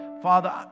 Father